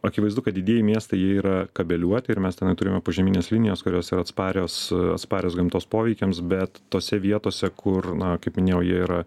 akivaizdu kad didieji miestai jie yra kabeliuoti ir mes tenai turime požeminės linijos kurios yra atsparios atsparios gamtos poveikiams bet tose vietose kur na kaip minėjau jie yra